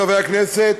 חברי הכנסת,